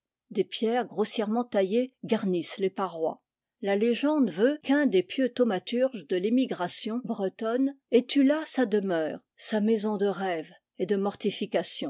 des pierres grossièrement taillées garnissent les parois la légende veut qu'un des pieux thaumaturges de l'émigratiort le loc'li e st un purgatoire de noyés bretonne ait eu là sa demeure sa maison de rêve et de